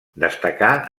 destacà